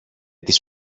τις